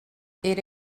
era